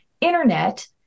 internet